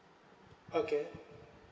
okay